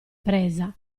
presa